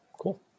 cool